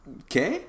okay